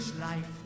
life